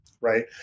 Right